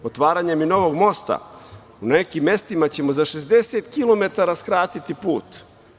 Otvaranjem i novog mosta u nekim mestima ćemo za 60 kilometara skratiti put.